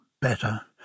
better